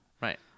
Right